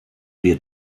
wir